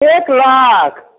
एक लाख